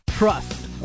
Trust